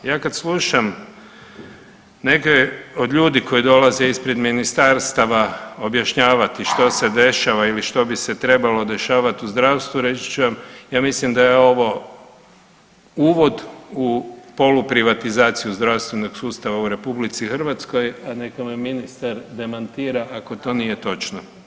Ja kad slušam neke od ljudi koji dolaze ispred ministarstava objašnjavati što se dešava ili što bi se trebalo dešavati u zdravstvu, reći ću vam, ja mislim da je ovo uvod u poluprivatizaciju zdravstvenog sustava u RH, a neka me ministar demantira ako to nije točno.